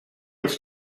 its